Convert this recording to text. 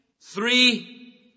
Three